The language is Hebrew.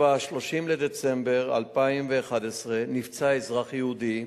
ב-30 בדצמבר 2011 נפצע אזרח יהודי,